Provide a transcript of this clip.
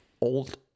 old